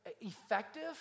Effective